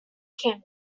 cannon